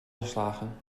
geslagen